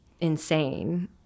insane